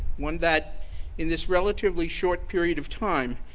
one that in this relatively short period of time,